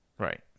Right